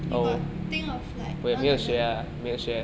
you got think of like want to learn